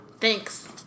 thanks